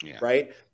Right